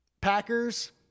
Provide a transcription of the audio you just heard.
Packers